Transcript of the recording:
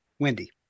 Wendy